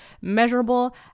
measurable